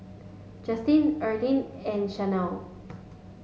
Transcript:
Justin Erline and Shanell